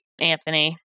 Anthony